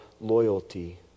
loyalty